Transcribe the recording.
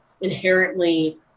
inherently